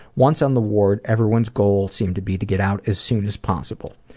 once on the ward, everyone's goal seemed to be to get out as soon as possible.